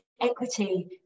equity